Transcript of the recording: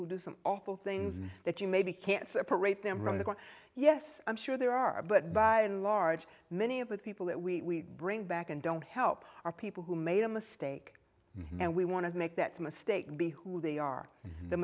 who do some awful things that you maybe can't separate them from the yes i'm sure there are but by and large many of the people that we bring back and don't help are people who made a mistake and we want to make that mistake be who they are the